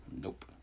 Nope